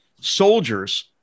soldiers